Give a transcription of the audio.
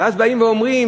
ואז באים ואומרים,